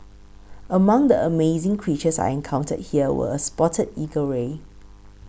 among the amazing creatures I encountered here were a spotted eagle ray